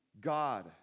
God